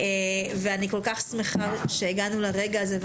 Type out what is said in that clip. אני שמחה כל כך שהגענו לרגע הזה.